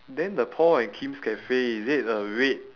then the paul and kim's cafe is it a red